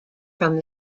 from